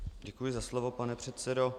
Děkuji za slovo, pane předsedo.